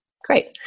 Great